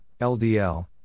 LDL